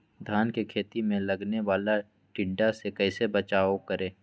धान के खेत मे लगने वाले टिड्डा से कैसे बचाओ करें?